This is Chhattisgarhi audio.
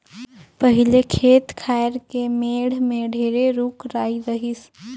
पहिले खेत खायर के मेड़ में ढेरे रूख राई रहिस